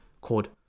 called